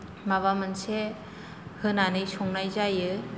माबा मोनसे होनानै संनाय जायो